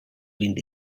vint